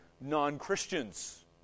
non-Christians